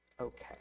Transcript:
okay